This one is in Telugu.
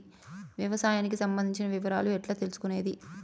వ్యవసాయానికి సంబంధించిన వివరాలు ఎట్లా తెలుసుకొనేది?